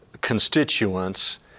constituents